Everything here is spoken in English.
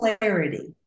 clarity